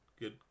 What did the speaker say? good